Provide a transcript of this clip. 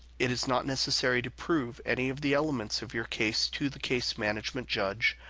it is not necessary to prove any of the elements of your case to the case management judge,